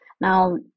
Now